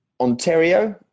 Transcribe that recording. ontario